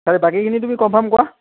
তাৰে বাকীখিনি তুমি কনফাৰ্ম কৰা